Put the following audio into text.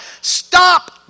Stop